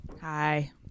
Hi